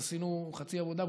אז עשינו חצי עבודה,